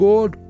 God